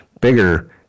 bigger